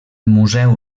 museu